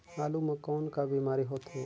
आलू म कौन का बीमारी होथे?